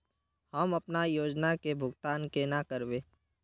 हम अपना योजना के भुगतान केना करबे?